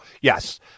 Yes